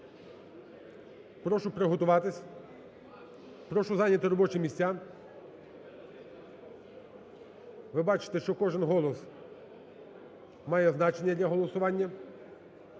прошу приготуватись, прошу зайняти робочі місця. Ви бачите, що кожен голос має значення для голосування.